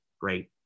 great